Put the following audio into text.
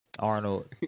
Arnold